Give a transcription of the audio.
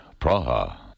Praha